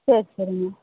சரி சரிங்க